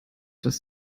dass